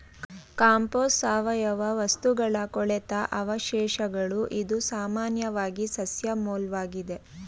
compost ಸಾವಯವ ವಸ್ತುಗಳ ಕೊಳೆತ ಅವಶೇಷಗಳು ಇದು ಸಾಮಾನ್ಯವಾಗಿ ಸಸ್ಯ ಮೂಲ್ವಾಗಿದೆ